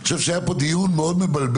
אני חושב שהיה פה דיון מאוד מבלבל,